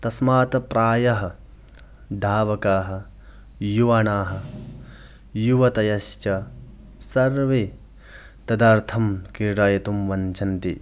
तस्मात् प्रायः धावकाः युवाणाः युवतयश्च सर्वे तदर्थं क्रीडयितुं वाञ्छन्ति